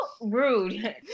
Rude